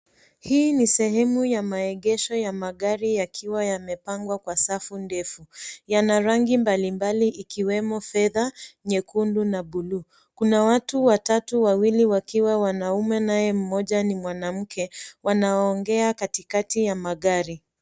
Hii ni sehemu ya maegesho ya magari, yakiwa yamepangwa kwa safu ndefu. Yana rangi mbalimbali, ikiwemo fedha, nyekundu na bluu. Kuna watu watatu, wawili wanaume naye mmoja ni mwanamke, wanaoongea katikati ya magari.